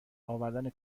آوردن